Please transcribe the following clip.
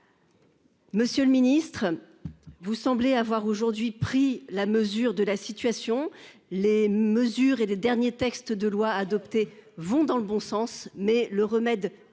Monsieur le Ministre. Vous semblez avoir aujourd'hui pris la mesure de la situation les mesures et des derniers textes de loi adoptés vont dans le bon sens mais le remède